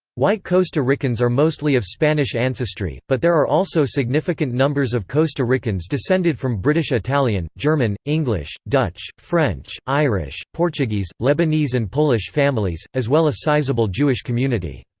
white costa ricans are mostly of spanish ancestry, but there are also significant numbers of costa ricans descended from british italian, german, english, dutch, french, irish, portuguese, lebanese and polish families, as well a sizable jewish community.